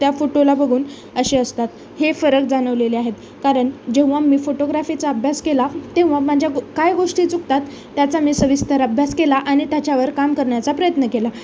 त्या फोटोला बघून असे असतात हे फरक जाणवलेले आहेत कारण जेव्हा मी फोटोग्राफीचा अभ्यास केला तेव्हा माझ्या काय गोष्टी चुकतात त्याचा मी सविस्तर अभ्यास केला आणि त्याच्यावर काम करण्याचा प्रयत्न केला